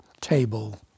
table